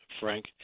Frank